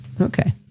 Okay